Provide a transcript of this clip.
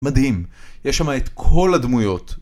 מדהים, יש שם את כל הדמויות.